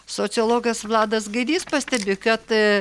sociologas vladas gaidys pastebi kad